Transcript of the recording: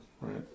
right